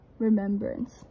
remembrance